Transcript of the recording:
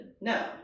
No